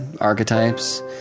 archetypes